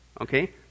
okay